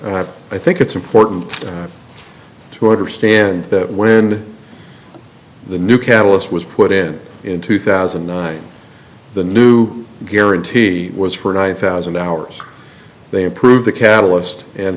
sir i think it's important to understand that when the new catalyst was put in in two thousand and nine the new guarantee was for ninety thousand hours they approve the catalyst and